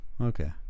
Okay